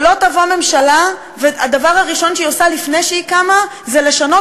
שלא תבוא ממשלה והדבר הראשון שהיא עושה לפני שהיא קמה זה לשנות